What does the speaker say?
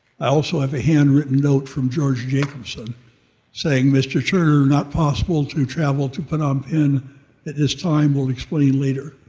i also have a hand written note from george jacobson saying, mr. turner, not possible to travel to phnom penh at this time. will explain later.